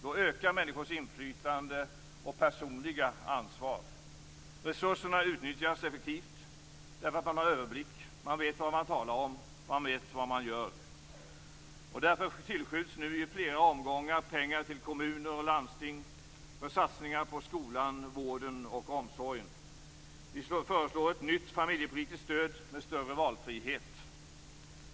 Då ökar människors inflytande och personliga ansvar. Resurserna utnyttjas effektivt, därför att man har överblick. Man vet vad man talar om, och man vet vad man gör. Därför tillskjuts nu i flera omgångar pengar till kommuner och landsting, för satsningar på skolan, vården och omsorgen. Vi föreslår ett nytt familjepolitiskt stöd, med större valfrihet.